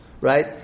right